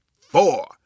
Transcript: four